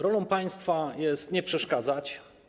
Rolą państwa jest nie przeszkadzać.